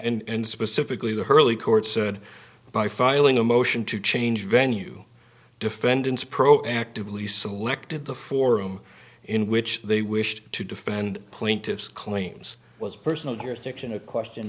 and specifically the early court said by filing a motion to change venue defendants proactively selected the forum in which they wished to defend plaintiffs claims was personal here section a question